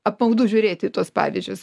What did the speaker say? apmaudu žiūrėti į tuos pavyzdžius